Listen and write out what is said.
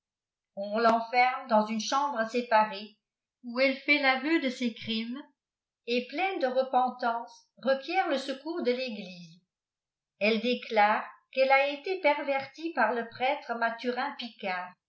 on l'eniferme dans une chambre séparée où elle nit l'aven de ses crimes et pleine de repentance requiert le secours de l'eglise elle déclare qu'elle a été pervertie par le prêtre mathurin picard